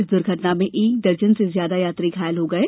इस दुर्घटना में एक दर्जन से ज्यादा यात्री घायल हो गये